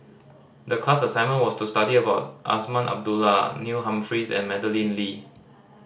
the class assignment was to study about Azman Abdullah Neil Humphreys and Madeleine Lee